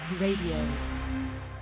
Radio